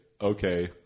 okay